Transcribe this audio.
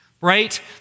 right